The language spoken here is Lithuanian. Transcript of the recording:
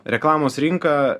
reklamos rinka